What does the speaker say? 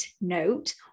note